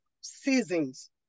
seasons